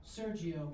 Sergio